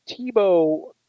tebow